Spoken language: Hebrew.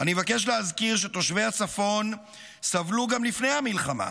אני מבקש להזכיר שתושבי הצפון סבלו גם לפני המלחמה,